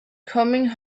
coming